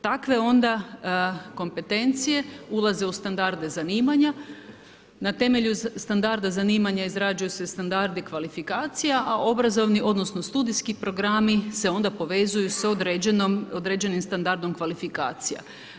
Takve onda kompetencije ulaze u standarde zanimanja, na temelju standarda zanimanja izrađuju se standardi kvalifikacija a obrazovni odnosno studijski programi se onda povezuju sa određenim standardom kvalifikacija.